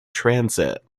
transit